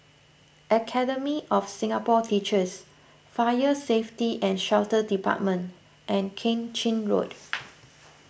Academy of Singapore Teachers Fire Safety and Shelter Department and Keng Chin Road